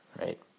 right